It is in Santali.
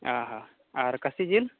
ᱚᱼᱦᱚ ᱟᱨ ᱠᱟᱹᱥᱤ ᱡᱤᱞ